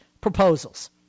proposals